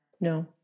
No